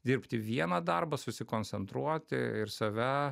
dirbti vieną darbą susikoncentruoti ir save